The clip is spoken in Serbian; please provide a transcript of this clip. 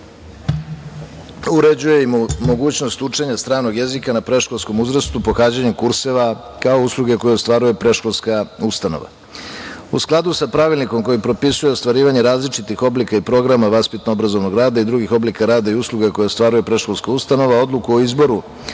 uređuje i mogućnost učenja stranog jezika na predškolskom uzrastu pohađanjem kurseva kao usluge koju ostvaruje predškolska ustanova.U skladu sa pravilnikom koji propisuje ostvarivanje različitih oblika i programa vaspitno-obrazovnog rada i drugih oblika rada i usluga koje ostvaruje predškolska ustanova, odluku o izboru